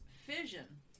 Fission